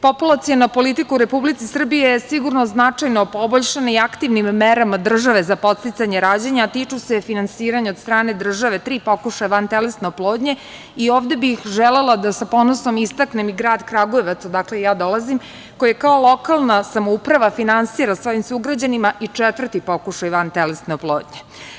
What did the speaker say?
Populaciona politika u Republici Srbiji je sigurno značajno poboljšana i aktivnim merama države za podsticanje rađanja, a tiču se finansiranja od strane države tri pokušaja vantelesne oplodnje i ovde bih želela da sa ponosom istaknem i grad Kragujevac, odakle i ja dolazim, koje kao lokalna samouprava finansira svojim sugrađanima i četvrti pokušaj vantelesne oplodnje.